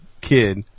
kid